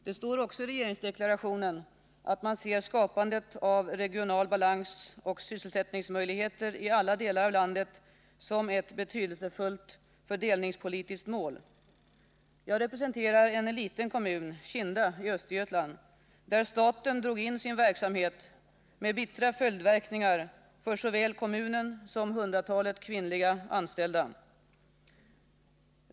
Det står också i regeringsdeklarationen att man ser skapandet av regional balans och sysselsättningsmöjligheter i alla delar av landet som ett betydelsefullt fördelningspolitiskt mål. Jag representerar en liten kommun, Kinda kommun i Östergötland, där staten dragit in sin verksamhet, med bittra följdverkningar för såväl kommunen som hundratalet kvinnliga anställda.